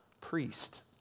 priest